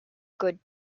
good